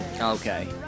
Okay